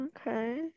Okay